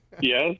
yes